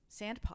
Sandpaw